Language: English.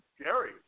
scary